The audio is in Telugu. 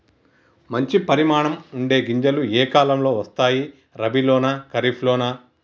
మంచి పరిమాణం ఉండే గింజలు ఏ కాలం లో వస్తాయి? రబీ లోనా? ఖరీఫ్ లోనా?